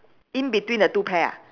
in between the two pair ah